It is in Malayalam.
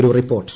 ഒരു റിപ്പോർട്ട്